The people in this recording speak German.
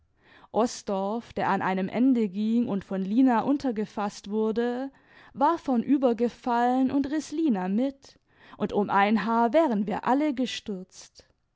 osdorff der an einem ende ging und von lina imtergefaßt wurde war vornübergefallen und riß lina mit und um ein haar wären wir alle gestürzt